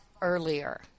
earlier